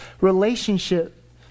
relationship